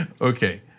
Okay